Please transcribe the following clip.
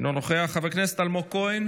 אינו נוכח, חבר הכנסת אלמוג כהן